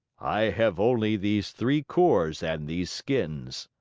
i have only these three cores and these skins.